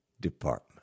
department